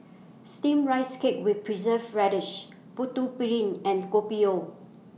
Steamed Rice Cake with Preserved Radish Putu Piring and Kopi O